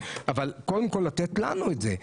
אבל קודם כול לתת לנו את זה,